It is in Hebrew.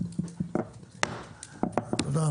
תודה.